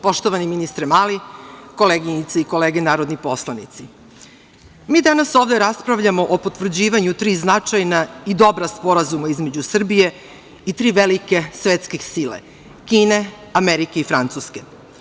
Poštovani ministre Mali, koleginice i kolege narodni poslanici, mi danas ovde raspravljamo o potvrđivanju tri značajna i dobra sporazuma između Srbije i tri velike svetske sile Kine, Amerike i Francuske.